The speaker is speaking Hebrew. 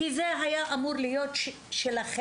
כי זה היה אמור להיות שלכם,